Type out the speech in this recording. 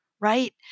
Right